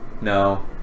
No